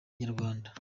inyarwanda